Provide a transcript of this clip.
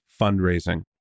fundraising